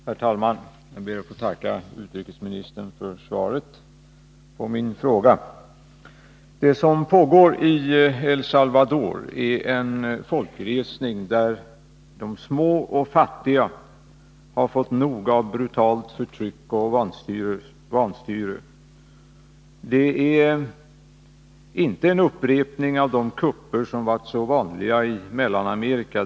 Herr talman! Jag ber att få tacka utrikesministern för svaret på min fråga. Det som pågår i El Salvador är en folkresning, där de små och fattiga har fått nog av brutalt förtryck och vanstyre. Det är inte en upprepning av de kupper som varit så vanliga i Mellanamerika.